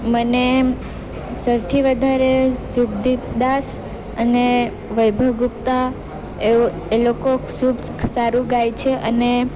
મને સૌથી વધારે શુભોદીપ દાસ અને વૈભવ ગુપ્તા એ લોકો સારું ગાય છે અને